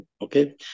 Okay